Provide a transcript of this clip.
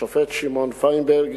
השופט שמעון פיינברג